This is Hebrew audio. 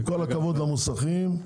עם כל הכבוד למוסכים,